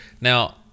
Now